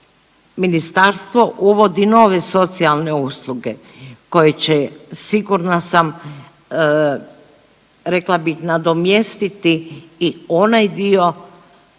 Ministarstvo uvodi nove socijalne usluge koje će sigurna sam, rekla bih nadomjestiti i onaj dio